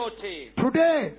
today